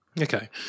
Okay